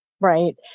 Right